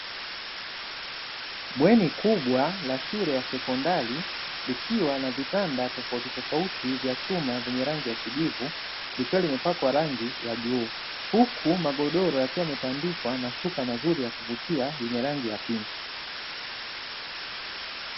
Bweni kubwa la shule ya sekondari likiwa na vitanda tofauti tofauti vya chuma vyenye rangi ya kijivu likiwa limepakwa rangi ya bluu. Huku magodoro yakiwa yametandikwa mashuka mazuri ya kuvutia yenye rangi ya pinki.